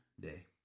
day